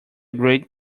great